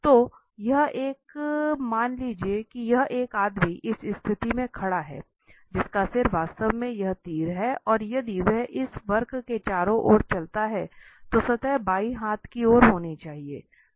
तो मान लीजिए यह एक आदमी इस स्थिति में खड़ा है जिसका सिर वास्तव में यह तीर है और यदि वह इस वक्र के चारों ओर चलता है तो सतह बाएं हाथ की ओर होनी चाहिए